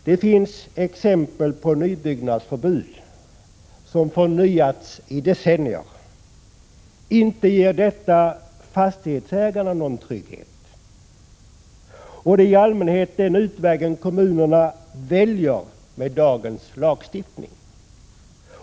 Det finns exempel på nybyggnadsförbud som förnyats i decennier. Inte ger detta fastighetsägarna någon trygghet, men det är den utväg kommunerna i allmänhet väljer med dagens lagstiftning.